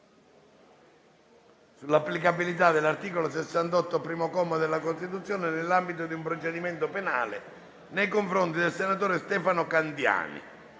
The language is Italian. Grazie,